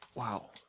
Wow